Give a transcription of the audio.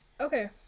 Okay